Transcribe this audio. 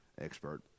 expert